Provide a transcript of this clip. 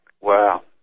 Wow